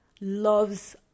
loves